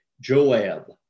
Joab